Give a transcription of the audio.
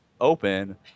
open